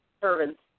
servants